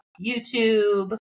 YouTube